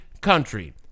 country